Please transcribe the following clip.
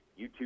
YouTube